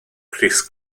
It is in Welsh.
crys